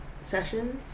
sessions